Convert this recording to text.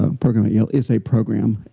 um program at yale. is a program,